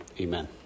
amen